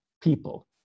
people